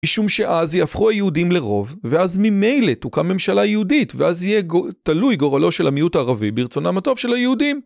משום שאז יהפכו היהודים לרוב ואז ממילא תוקם ממשלה יהודית ואז יהיה תלוי גורלו של המיעוט הערבי ברצונם הטוב של היהודים